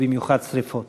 ובמיוחד שרפות.